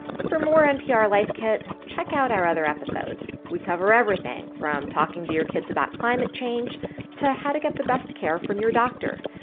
for more npr life kit, check out our other episodes. we cover everything from talking to your kids about climate change to how to get the best care from your doctor.